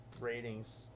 ratings